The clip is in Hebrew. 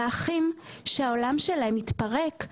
באחים שהעולם שלהם התפרק,